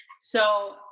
So-